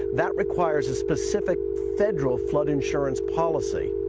that requires a specific federal flood insurance policy.